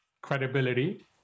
credibility